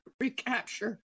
recapture